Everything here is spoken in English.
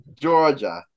Georgia